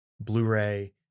blu-ray